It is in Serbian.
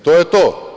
To je to.